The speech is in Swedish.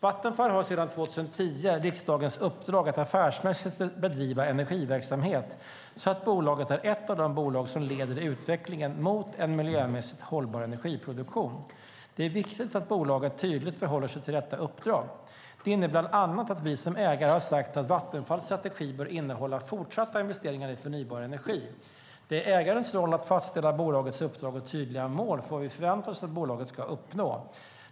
Vattenfall har sedan 2010 riksdagens uppdrag att affärsmässigt bedriva energiverksamhet så att bolaget är ett av de bolag som leder utvecklingen mot en miljömässigt hållbar energiproduktion. Det är viktigt att bolaget tydligt förhåller sig till detta uppdrag. Det innebär bland annat att vi som ägare har sagt att Vattenfalls strategi bör innehålla fortsatta investeringar i förnybar energi. Det är ägarens roll att fastställa bolagets uppdrag och tydliga mål för vad vi förväntar oss att bolaget ska uppnå.